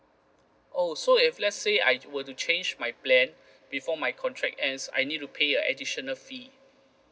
oh so if let's say I were to change my plan before my contract ends I need to pay an additional fee